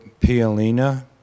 Pialina